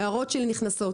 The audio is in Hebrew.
ההערות שלי נכנסות